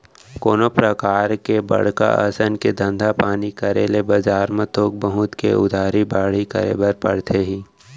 कोनो परकार के बड़का असन के धंधा पानी करे ले बजार म थोक बहुत के उधारी बाड़ही करे बर परथे ही